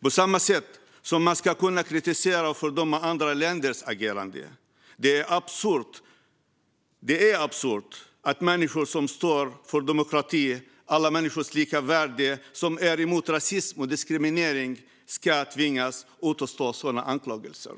på samma sätt som man ska kunna kritisera och fördöma andra länders agerande. Det är absurt att människor som står för demokrati och alla människors lika värde och som är emot rasism och diskriminering ska tvingas utstå sådana anklagelser.